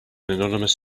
anonymous